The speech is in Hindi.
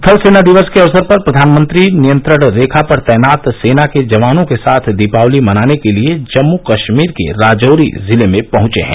थल सेना दिवस के अवसर पर प्रधानमंत्री नियंत्रण रेखा पर तैनात सेना के जवानों के साथ दीपावली मनाने के लिए जम्मू कश्मीर के राजौरी जिले में पहुंचे हैं